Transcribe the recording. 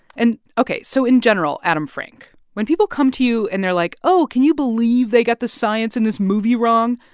and ok, so in general, adam frank, when people come to you, and they're, like, oh, can you believe they got the science in this movie wrong,